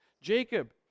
Jacob